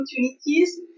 opportunities